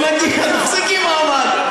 תחזיקי מעמד.